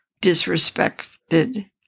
disrespected